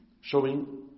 showing